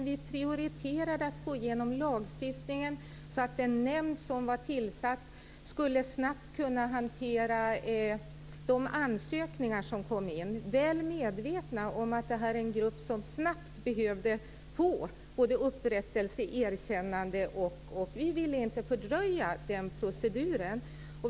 Vi prioriterade dock att få igenom lagstiftningen så att den nämnd som var tillsatt snabbt skulle kunna hantera de ansökningar som kom in, väl medvetna om att det här var en grupp som snabbt behövde få både upprättelse och erkännande. Vi ville inte fördröja den proceduren.